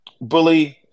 bully